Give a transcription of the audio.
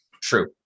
True